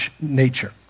nature